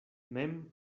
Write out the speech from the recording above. mem